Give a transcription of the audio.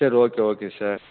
சரி okay okay sir